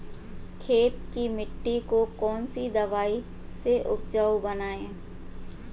खेत की मिटी को कौन सी दवाई से उपजाऊ बनायें?